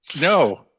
No